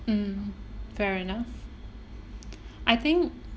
mm fair enough I think